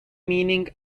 meaning